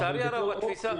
תודה רבה, כבוד היושב-ראש.